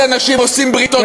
פחות אנשים יעשו בריתות מילה.